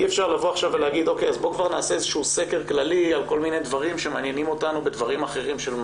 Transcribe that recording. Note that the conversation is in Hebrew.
אי אפשר לעשות סקר כללי על כל מיני דברים שמעניינים את מערכת הבריאות.